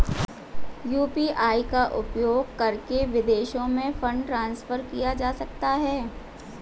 UPI का उपयोग करके विदेशों में फंड ट्रांसफर किया जा सकता है?